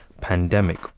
pandemic